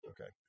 Okay